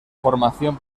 formación